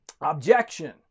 objection